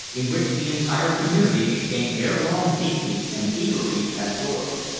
in which the entire community became ere long deeply and eagerly absorbed.